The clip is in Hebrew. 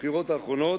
בבחירות האחרונות,